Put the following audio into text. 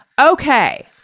Okay